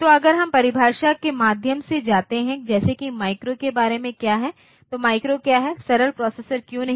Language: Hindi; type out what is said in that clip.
तो अगर हम परिभाषा के माध्यम से जाते हैं जैसे कि माइक्रो के बारे में क्या है तो माइक्रो क्यों सरल प्रोसेसर क्यों नहीं